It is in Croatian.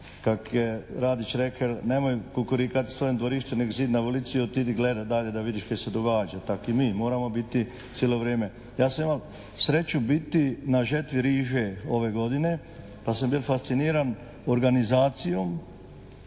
kak je Radić rekel nemoj kukurikat v svojem dvorištu, nego zidi na vulicu i otidi gledat dalje da vidiš kaj se događa. Tak i mi, moramo biti celo vreme. Ja sam imal sreću biti na žetvi riže ove godine pa sam bil fasciniran organizacijom,